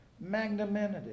magnanimity